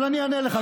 אבל אני אענה לך,